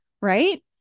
right